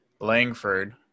Langford